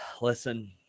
listen